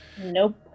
Nope